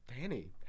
Danny